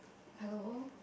hello